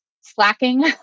slacking